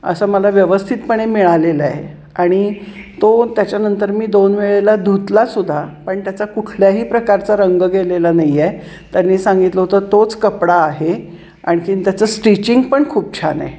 असं मला व्यवस्थितपणे मिळालेलं आहे आणि तो त्याच्यानंतर मी दोन वेळेला धुतलासुद्धा पण त्याचा कुठल्याही प्रकारचा रंग गेलेला नाही आहे त्यांनी सांगितलं होतं तोच कपडा आहे आणखीन त्याचं स्टिचिंग पण खूप छान आहे